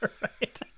right